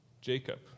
Jacob